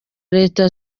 leta